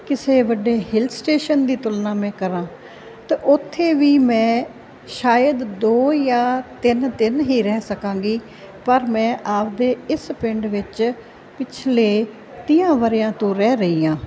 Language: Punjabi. ਕਿਸੇ ਵੱਡੇ ਹਿਲ ਸਟੇਸ਼ਨ ਦੀ ਤੁਲਨਾ ਮੈਂ ਕਰਾਂ ਤਾਂ ਉੱਥੇ ਵੀ ਮੈਂ ਸ਼ਾਇਦ ਦੋ ਜਾਂ ਤਿੰਨ ਦਿਨ ਹੀ ਰਹਿ ਸਕਾਂਗੀ ਪਰ ਮੈਂ ਆਪਦੇ ਇਸ ਪਿੰਡ ਵਿੱਚ ਪਿਛਲੇ ਤੀਹ ਵਰ੍ਹਿਆਂ ਤੋਂ ਰਹਿ ਰਹੀ ਹਾਂ